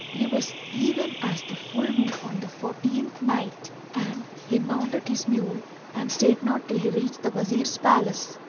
he was even as the full moon on the fourteenth night and he mounted his mule and stayed not till he reached the wazir's palace.